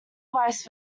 vice